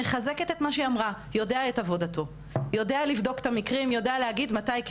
ואני מחזקת את מה שהיא אמרה יודע את עבודתו,